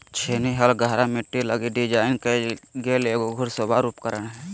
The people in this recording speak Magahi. छेनी हल गहरा मिट्टी लगी डिज़ाइन कइल गेल एगो घुड़सवार उपकरण हइ